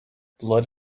blood